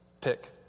Pick